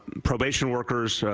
probation workers,